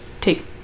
take